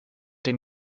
den